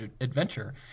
adventure